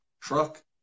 truck